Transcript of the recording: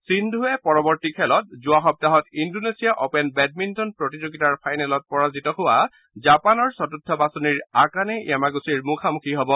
সিন্ধুৱে পৰৱৰ্তী খেলত যোৱা সপ্তাহত ইন্দোনেছিয়া অপেন বেডমিণ্টন প্ৰতিযোগিতাৰ ফাইনেলত পৰাজিত হোৱা জাপানৰ চতুৰ্থ বাচনিৰ আকানে য়ামাগুচিৰ মুখামুখি হ'ব